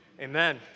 Amen